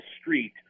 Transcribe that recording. street